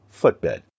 footbed